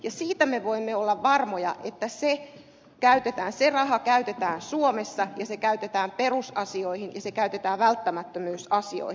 ja siitä me voimme olla varmoja että se raha käytetään suomessa ja se käytetään perusasioihin ja se käytetään välttämättömyysasioihin